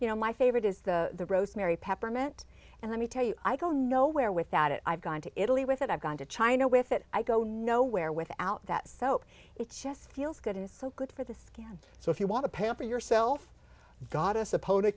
you know my favorite is the rosemary peppermint and let me tell you i go nowhere without it i've gone to italy with it i've gone to china with it i go nowhere without that so it just feels good it is so good for the skin so if you want to pamper yourself god is supposed to